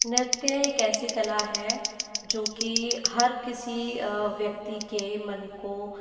नृत्य एक ऐसी कला है जो कि हर किसी व्यक्ति के मन को